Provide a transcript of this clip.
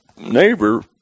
neighbor